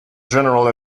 general